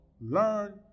learn